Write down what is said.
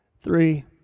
Three